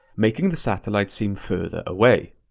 making the satellite seem further away.